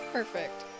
Perfect